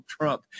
Trump